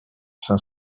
cinq